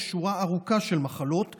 יש שורה ארוכה של מחלות,